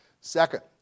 Second